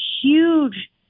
huge